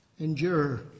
endure